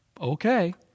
okay